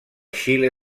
xile